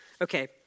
Okay